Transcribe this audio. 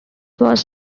was